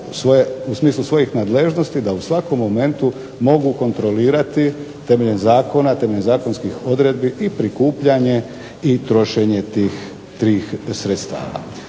u smislu svojih nadležnosti da u svakom momentu mogu kontrolirati temeljem zakona, temeljem zakonskih odredbi i prikupljanje i trošenje tih sredstava.